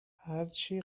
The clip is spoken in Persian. هرچه